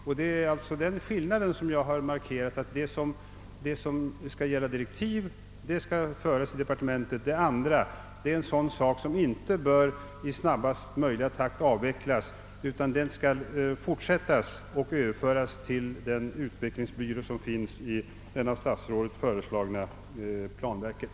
Jag har alltså markerat skillnaden: De avsnitt som utarbetar direktiv skall föras till departementet medan övriga delar är sådant som i snabbaste möjliga takt bör avvecklas. Dessa uppgifter skall i stället överföras till den utvecklingsbyrå som finns i det av statsrådet föreslagna planverket.